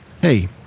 Hey